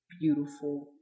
beautiful